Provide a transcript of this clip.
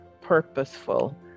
purposeful